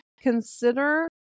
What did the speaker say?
consider